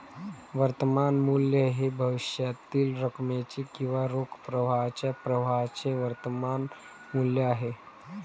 वर्तमान मूल्य हे भविष्यातील रकमेचे किंवा रोख प्रवाहाच्या प्रवाहाचे वर्तमान मूल्य आहे